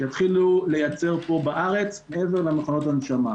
שיתחילו לייצר פה בארץ מעבר למכונות ההנשמה.